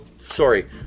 sorry